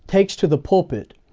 takes to the pulpit,